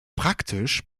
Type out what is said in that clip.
praktisch